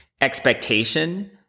expectation